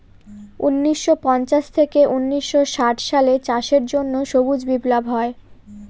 উনিশশো পঞ্চাশ থেকে উনিশশো ষাট সালে চাষের জন্য সবুজ বিপ্লব হয়